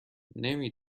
نمی